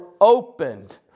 opened